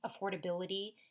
affordability